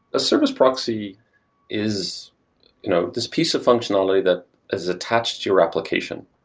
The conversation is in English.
a service proxy is you know this piece of functionality that is attached to your application.